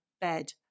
bed